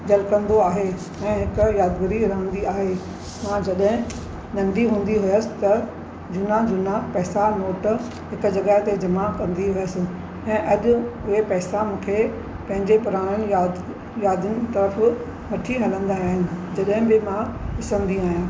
झलिकंदो आहे ऐं हिकु यादिगिरी रहंदी आहे मां जॾहिं नंढी हूंदी हुयसि त झूना झूना पैसा नोट हिकु जॻहि ते जमा कंदी हुयसि ऐं अॼु उहे पैसा मूंखे पंहिंजे पुरानीनि याद यादिनि तरफ़ वठी हलंदा आहिनि जॾहिं बि मां ॾिसंदी आहियां